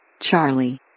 Charlie